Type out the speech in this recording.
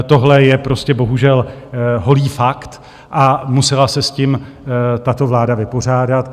Tohle je prostě bohužel holý fakt a musela se s tím tato vláda vypořádat.